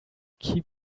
keep